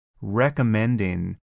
recommending